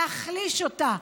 להחליש אותה,